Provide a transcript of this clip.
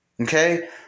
Okay